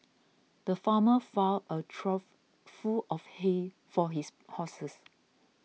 the farmer filled a trough full of hay for his horses